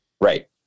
Right